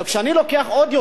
כשאני לוקח עוד יותר,